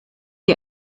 die